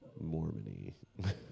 Mormon-y